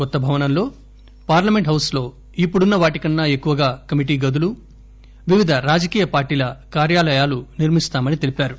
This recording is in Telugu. కొత్త భవనంలో పార్ణమెంట్ హౌస్లో ఇప్పడున్న వాటికన్నా ఎక్కువగా కమిటీ గదులు వివిధ రాజకీయ పార్టీల కార్యాలయాలు నిర్మిస్తామని తెలిపారు